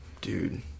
Dude